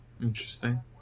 Interesting